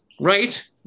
right